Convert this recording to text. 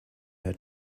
her